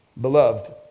Beloved